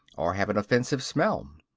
or have an offensive smell.